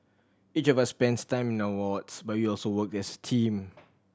each of us spends time in our wards but you also work as a team